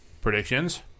predictions